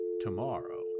tomorrow